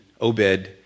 Obed